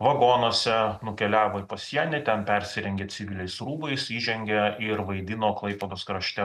vagonuose nukeliavo į pasienį ten persirengė civiliais rūbais įžengė ir vaidino klaipėdos krašte